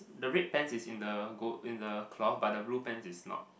the red pants is in the gold in the cloth but the blue pants is not